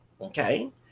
okay